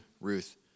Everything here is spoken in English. Ruth